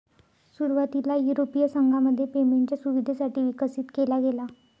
सुरुवातीला युरोपीय संघामध्ये पेमेंटच्या सुविधेसाठी विकसित केला गेला